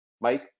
Mike